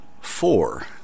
four